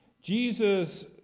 Jesus